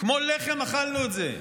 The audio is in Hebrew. כמו לחם אכלנו את זה.